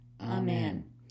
Amen